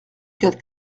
quatre